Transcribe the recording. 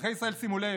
אזרחי ישראל, שימו לב,